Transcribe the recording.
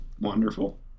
wonderful